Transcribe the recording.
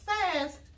fast